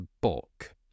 book